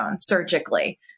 surgically